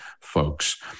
folks